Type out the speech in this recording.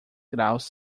graus